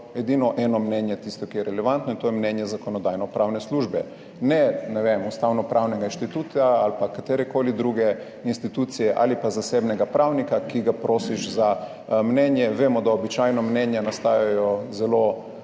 edino eno mnenje tisto, ki je relevantno, in to je mnenje Zakonodajno-pravne službe, ne, ne vem, ustavnopravnega inštituta ali pa katerekoli druge institucije ali pa zasebnega pravnika, ki ga prosiš za mnenje. Vemo, da običajno mnenja nastajajo zelo